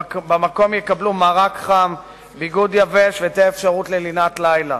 במקום הם יקבלו מרק חם ובגדים יבשים ותהיה אפשרות ללינת לילה.